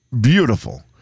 beautiful